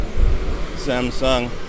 Samsung